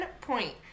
point